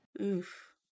Oof